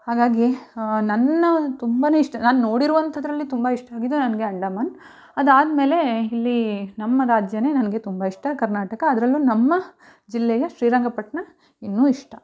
ಹಾಗಾಗಿ ಹ ನನ್ನ ಒಂದು ತುಂಬನೇ ಇಷ್ಟ ನಾನು ನೋಡಿರುವಂಥದ್ದರಲ್ಲಿ ತುಂಬ ಇಷ್ಟ ಆಗಿದ್ದು ನನಗೆ ಅಂಡಮಾನ್ ಅದಾದ್ಮೇಲೆ ಇಲ್ಲಿ ನಮ್ಮ ರಾಜ್ಯನೆ ನನಗೆ ತುಂಬ ಇಷ್ಟ ಕರ್ನಾಟಕ ಅದರಲ್ಲೂ ನಮ್ಮ ಜಿಲ್ಲೆಯ ಶ್ರೀರಂಗಪಟ್ಟಣ ಇನ್ನೂ ಇಷ್ಟ